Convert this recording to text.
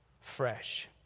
Fresh